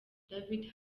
david